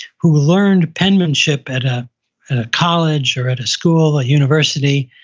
who learned penmanship at a college or at a school, a university,